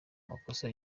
makosa